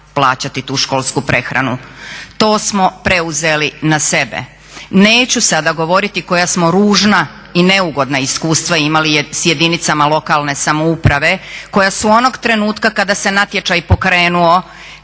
tu školsku prehranu.